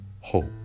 hope